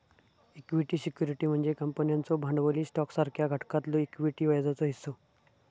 equity security म्हणजे कंपन्यांचो भांडवली स्टॉकसारख्या घटकातलो इक्विटी व्याजाचो हिस्सो